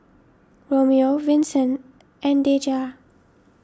Romeo Vinson and Deja